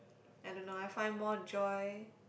I don't know I find more joy